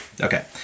okay